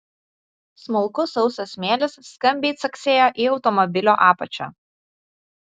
smulkus sausas smėlis skambiai caksėjo į automobilio apačią